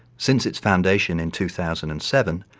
since its foundation in two thousand and seven,